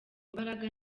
imbaraga